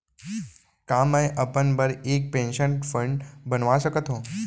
का मैं अपन बर एक पेंशन फण्ड बनवा सकत हो?